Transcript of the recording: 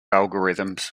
algorithms